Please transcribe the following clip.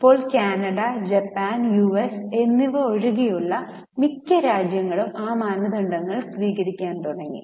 ഇപ്പോൾ Canada Japan US എന്നിവ ഒഴികെയുള്ള മിക്ക രാജ്യങ്ങളും ആ മാനദണ്ഡങ്ങൾ സ്വീകരിക്കാൻ തുടങ്ങി